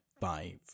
five